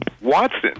Watson